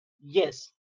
yes